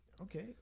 Okay